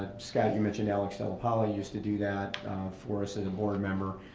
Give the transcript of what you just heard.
scott, you mentioned alex delappoli used to do that for us as a board member.